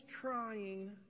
trying